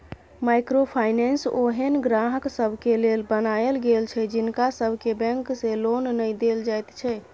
micro finance ओहेन ग्राहक सबके लेल बनायल गेल छै जिनका सबके बैंक से लोन नै देल जाइत छै